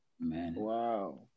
Wow